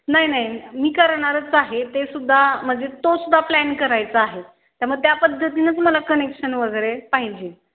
नाही नाही मी करणारच आहे ते सुद्धा म्हणजे तोसुद्धा प्लॅन करायचा आहे त्यामुळे त्या पद्धतीनंच मला कनेक्शन वगैरे पाहिजे